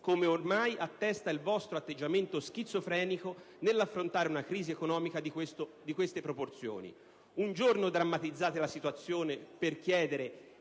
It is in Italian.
come ormai attesta il vostro atteggiamento schizofrenico nell'affrontare una crisi economica di queste proporzioni. Un giorno drammatizzate la situazione per chiedere